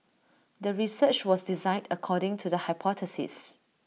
the research was designed according to the hypothesis